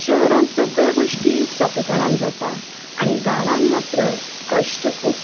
शहरान सगळ्यो गोष्टी सोंपेपणान जाता आनी गांवान मात्र कश्ट खूब